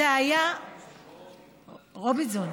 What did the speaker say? רובינסון.